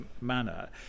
manner